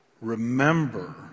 remember